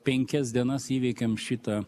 penkias dienas įveikiam šitą